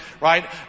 right